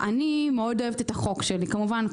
אני מאוד אוהבת את החוק שלי, כמובן.